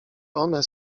one